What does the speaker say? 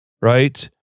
right